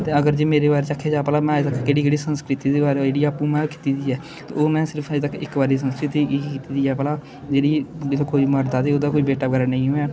ते अगर जे मेरे बारे च आखेआ जा भला में अज्ज तक केह्ड़ी केह्ड़ी संस्कृति दे बारे जेह्ड़ी ऐ आपूं में कीती दी ऐ ते ओह् में सिर्फ अजें तक इक बारी संस्कृति एह्की कीती दी ऐ भला जेह्ड़ी जेल्लै कोई मरदा ते ओह्दा बेटा बगैरा नेईं होऐ